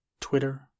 Twitter